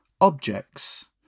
objects